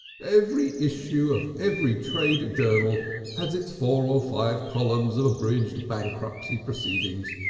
every issue of every trade journal has its four or five columns of abridged bankruptcy proceedings,